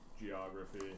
geography